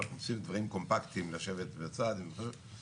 ומאחר שזה כרוך גם